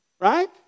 Right